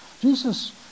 Jesus